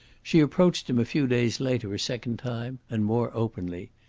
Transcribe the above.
she approached him a few days later a second time and more openly.